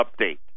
update